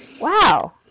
Wow